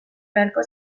beharko